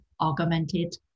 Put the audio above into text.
augmented